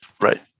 right